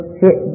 sit